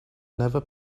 never